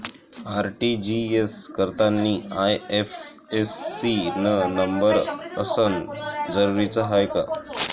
RTGS करतांनी IFSC न number असनं जरुरीच हाय का?